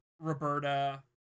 Roberta